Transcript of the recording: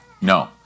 No